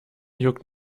juckt